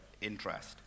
interest